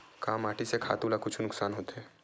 का माटी से खातु ला कुछु नुकसान होथे?